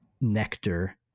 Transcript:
nectar